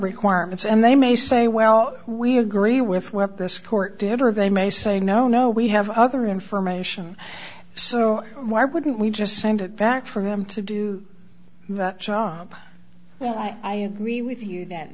requirements and they may say well we agree with what this court did or they may say no no we have other information so why wouldn't we just send it back for them to do that job well i agree with you that